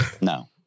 No